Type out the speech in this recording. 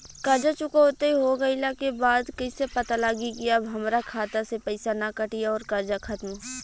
कर्जा चुकौती हो गइला के बाद कइसे पता लागी की अब हमरा खाता से पईसा ना कटी और कर्जा खत्म?